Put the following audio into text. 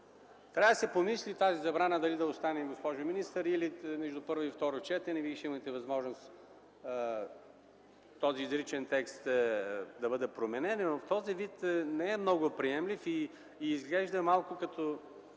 Трябва да се помисли тази забрана дали да остане, госпожо министър. Между първо и второ четене Вие ще имате възможност текстът да бъде променен. В този вид не е много приемлив и изглежда малко като